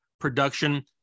production